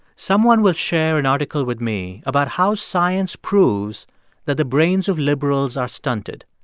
someone will share an article with me about how science proves that the brains of liberals are stunted.